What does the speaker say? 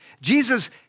Jesus